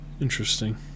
Interesting